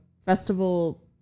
festival